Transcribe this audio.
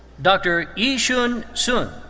dr. yixuan sun.